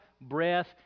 breath